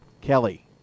Kelly